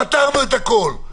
פתרנו את הכול.